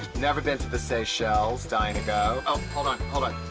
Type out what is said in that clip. never been to the seychelles. dying to go. oh! hold on hold on.